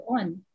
on